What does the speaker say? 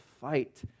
fight